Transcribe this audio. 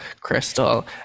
Crystal